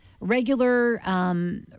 regular